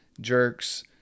jerks